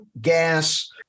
gas